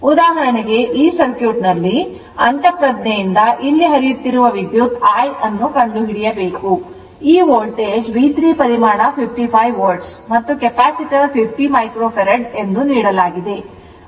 ಉದಾಹರಣೆಗೆ ಈ ಸರ್ಕ್ಯೂಟ್ನಲ್ಲಿ ಅಂತಃಪ್ರಜ್ಞೆಯಿಂದ ಇಲ್ಲಿ ಹರಿಯುತ್ತಿರುವ ವಿದ್ಯುತ್ I ಅನ್ನು ಕಂಡುಹಿಡಿಯಬೇಕು ಈ ವೋಲ್ಟೇಜ್ V3 ಪರಿಮಾಣ 55 volt ಮತ್ತು ಕೆಪಾಸಿಟರ್ 50 micro Farad ಎಂದು ನೀಡಲಾಗಿದೆ